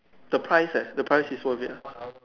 the price eh the price is worth it ah